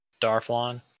Darflon